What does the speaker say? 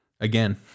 again